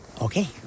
Okay